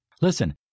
Listen